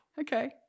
Okay